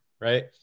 right